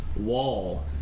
wall